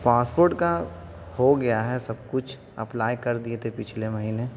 passport کا ہو گیا ہے سب کچھ اپلائی کر دیے تھے پچھلے مہینے